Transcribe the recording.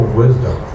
wisdom